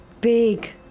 big